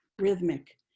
rhythmic